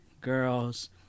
girls